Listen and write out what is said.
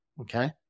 okay